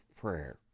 prayer